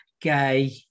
Gay